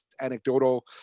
anecdotal